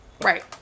Right